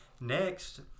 Next